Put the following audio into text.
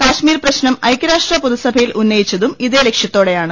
കശ്മീർ പ്രശ്നം ഐക്യരാഷ്ട്ര പൊതുസഭയിൽ ഉന്നയിച്ചതും ഇതേ ലക്ഷ്യത്തോടെയാണ്